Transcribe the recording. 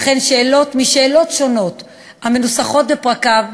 וכן שאלות משאלות שונות המנוסחות בפרקיו,